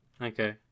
Okay